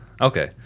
okay